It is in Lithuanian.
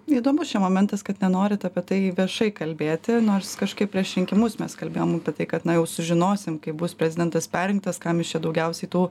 įdomus čia momentas kad nenorit apie tai viešai kalbėti nors kažkaip prieš rinkimus mes kalbėjom apie tai kad na jau sužinosim kai bus prezidentas perrinktas kam jis čia daugiausiai tų